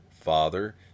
Father